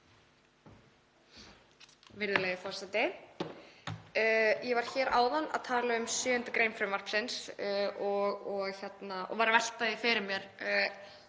Virðulegi forseti. Ég var hér áðan að tala um 7. gr. frumvarpsins og var að velta því fyrir mér